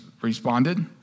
responded